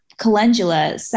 calendula